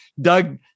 Doug